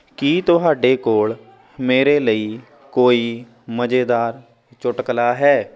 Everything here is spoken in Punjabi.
ਕੀ ਤੁਹਾਡੇ ਕੋਲ ਮੇਰੇ ਲਈ ਕੋਈ ਮਜ਼ੇਦਾਰ ਚੁਟਕਲਾ ਹੈ